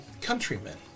countrymen